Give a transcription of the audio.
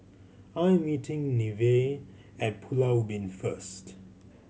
I am meeting Nevaeh at Pulau Ubin first